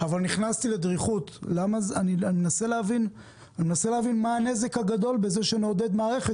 אבל נכנסתי לדריכות אני מנסה להבין מה הנזק הגדול בזה שנעודד מערכת